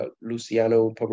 luciano